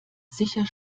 sicher